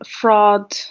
fraud